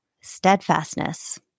steadfastness